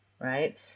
right